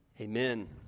amen